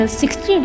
60